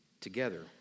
together